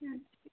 अच्छा